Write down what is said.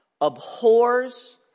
abhors